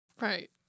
Right